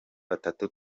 batatu